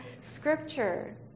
scripture